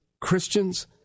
Christians